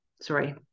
sorry